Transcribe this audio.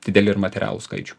didelį ir materialų skaičių